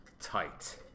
tight